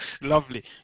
Lovely